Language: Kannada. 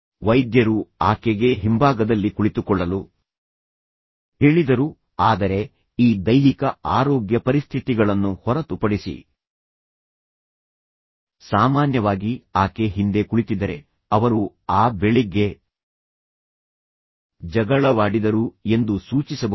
ವೈದ್ಯರು ಆಕೆಗೆ ಹಿಂಭಾಗದಲ್ಲಿ ಕುಳಿತುಕೊಳ್ಳಲು ಹೇಳಿದರು ಆದರೆ ಈ ದೈಹಿಕ ಆರೋಗ್ಯ ಪರಿಸ್ಥಿತಿಗಳನ್ನು ಹೊರತುಪಡಿಸಿ ಸಾಮಾನ್ಯವಾಗಿ ಆಕೆ ಹಿಂದೆ ಕುಳಿತಿದ್ದರೆ ಅವರು ಆ ಬೆಳಿಗ್ಗೆ ಜಗಳವಾಡಿದರು ಎಂದು ಸೂಚಿಸಬಹುದು